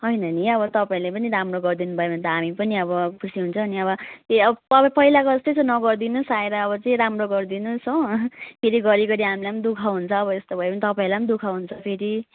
होइन नि अब तपाईँले पनि राम्रो गरिदिनु भयो भने त हामी पनि अब खुसी हुन्छौँ नि अब त्यही अब अब पहिलाको जस्तो चाहिँ नगरिदिनु होस् आएर अब चाहिँ राम्रो गरिदिनु होस् हो फेरि घरी घरी हामीलाई नि दुःख हुन्छ अब यस्तो भयो भने तपाईँलाई दुःख हुन्छ फेरि